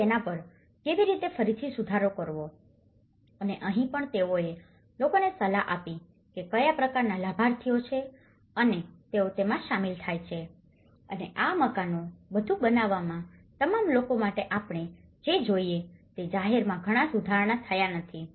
અને તેના પર કેવી રીતે ફરીથી સુધારો કરવો અને અહીં પણ તેઓએ લોકોને સલાહ આપી કે કયા પ્રકારનાં લાભાર્થીઓ છે અને તેઓ તેમાં શામેલ થાય છે અને આ મકાનો અને બધુ બનાવવામાં તમામ લોકો માટે આપણે જે જોઈએ છીએ તે જાહેરમાં ઘણા સુધારણા થયા નથી